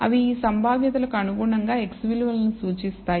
అవి ఈ సంభావ్యతలకు అనుగుణంగా x విలువలను సూచిస్తాయి